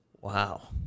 Wow